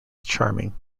charming